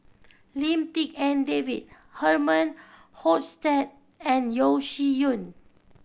Lim Tik En David Herman Hochstadt and Yeo Shih Yun